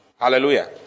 Hallelujah